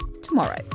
tomorrow